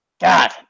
God